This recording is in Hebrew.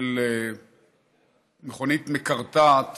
של מכונית מקרטעת